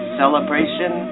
celebration